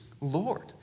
Lord